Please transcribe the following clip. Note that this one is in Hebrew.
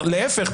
להפך,